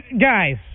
Guys